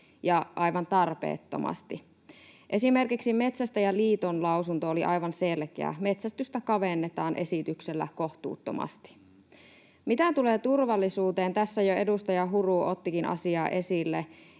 ja aivan tarpeettomasti. Esimerkiksi Metsästäjäliiton lausunto oli aivan selkeä: metsästystä kavennetaan esityksellä kohtuuttomasti. Mitä tulee turvallisuuteen, tässä jo edustaja Huru ottikin asiaa esille.